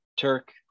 Turk